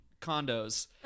condos